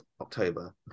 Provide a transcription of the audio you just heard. October